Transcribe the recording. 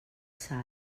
salt